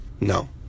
no